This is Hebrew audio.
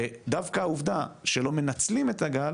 ודווקא העובדה שלא מנצלים את הגל